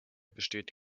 besteht